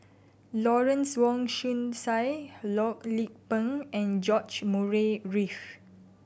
Lawrence Wong Shyun Tsai Loh Lik Peng and George Murray Reith